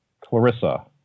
Clarissa